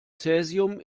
cäsium